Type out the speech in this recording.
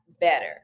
better